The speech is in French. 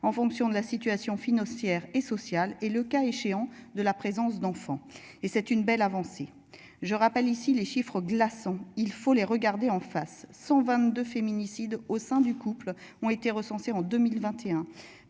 en fonction de la situation financière et sociale et le cas échéant de la présence d'enfants et c'est une belle avancée. Je rappelle ici les chiffres glaçants. Il faut les regarder en face son 22 féminicides au sein du couple ont été recensés en 2021